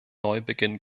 neubeginn